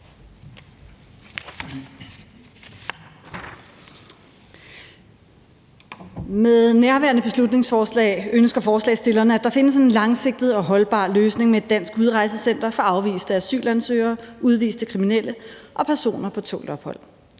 Med nærværende beslutningsforslag ønsker forslagsstillerne, at der findes en langsigtet og holdbar løsning med et dansk udrejsecenter for afviste asylansøgere, udviste kriminelle og personer på tålt ophold.